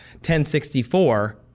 1064